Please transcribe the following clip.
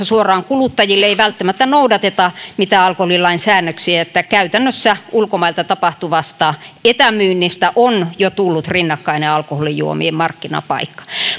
suoraan kuluttajille ei välttämättä noudateta mitään alkoholilain säännöksiä että käytännössä ulkomailta tapahtuvasta etämyynnistä on jo tullut rinnakkainen alkoholijuomien markkinapaikka